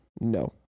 No